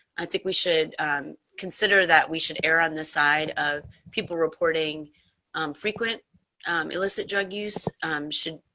i think we should consider that we should err on the side of people reporting frequent illicit drug use should,